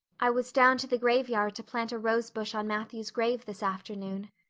i was down to the graveyard to plant a rosebush on matthew's grave this afternoon,